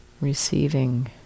receiving